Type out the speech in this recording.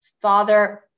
father